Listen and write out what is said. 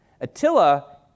Attila